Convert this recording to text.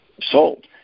sold